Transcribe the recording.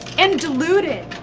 and deluded!